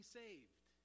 saved